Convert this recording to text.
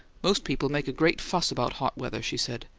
most people make a great fuss about hot weather, she said.